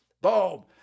Boom